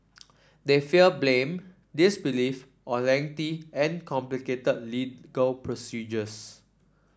they fear blame disbelief or lengthy and complicated legal procedures